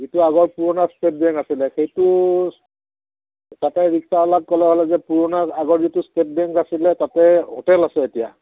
যিটো আগৰ পুৰণা ষ্টেট বেংক আছিলে সেইটো তাতে ৰিক্সাৱালাক ক'লে হ'ল যে পুৰণা আগৰ যিটো ষ্টেট বেংক আছিলে তাতে হোটেল আছে এতিয়া